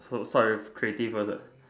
start with creative first ah